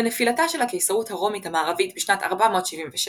לנפילתה של הקיסרות הרומית המערבית בשנת 476,